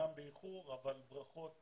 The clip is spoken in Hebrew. אמנם באיחור אבל ברכות